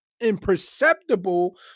imperceptible